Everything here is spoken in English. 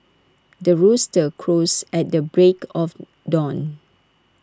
the rooster crows at the break of dawn